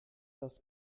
das